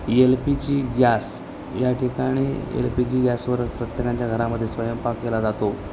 L P G gas या ठिकाणी L P G गॅसवर प्रत्येकांच्या घरामध्ये स्वयंपाक केला जातो